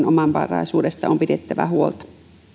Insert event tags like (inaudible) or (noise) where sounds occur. (unintelligible) omavaraisuudesta on pidettävä huolta